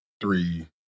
three